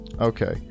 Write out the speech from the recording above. Okay